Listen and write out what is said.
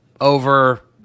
over